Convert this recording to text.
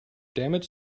damage